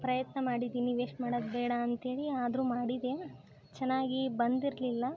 ಪ್ರಯತ್ನ ಮಾಡಿದ್ದೀನಿ ವೇಸ್ಟ್ ಮಾಡೋದು ಬೇಡ ಅಂತೇಳಿ ಆದರೂ ಮಾಡಿದೆನು ಚೆನ್ನಾಗಿ ಬಂದಿರಲಿಲ್ಲ